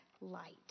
light